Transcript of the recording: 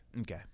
Okay